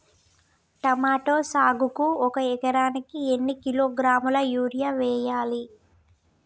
Tomato సాగుకు ఒక ఎకరానికి ఎన్ని కిలోగ్రాముల యూరియా వెయ్యాలి?